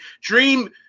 Dream